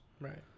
Right